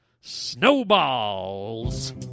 Snowballs